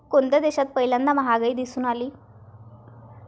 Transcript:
कोणत्या देशात पहिल्यांदा महागाई दिसून आली?